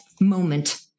moment